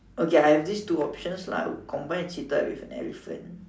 okay I have these two options lah combine cheetah with an elephant